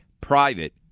private